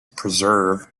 preserve